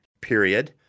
period